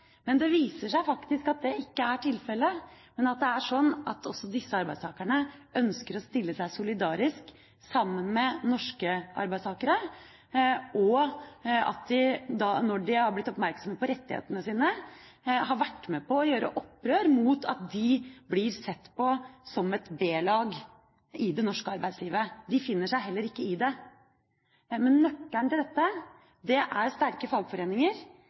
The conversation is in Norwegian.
Men det viser seg faktisk at det ikke er tilfellet. Det er slik at også disse arbeidstakerne ønsker å stille seg solidarisk sammen med norske arbeidstakere, og at de, når de har blitt oppmerksomme på rettighetene sine, har vært med på å gjøre opprør mot at de blir sett på som et B-lag i det norske arbeidslivet. De finner seg heller ikke i det. Men nøkkelen til dette er sterke fagforeninger.